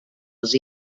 els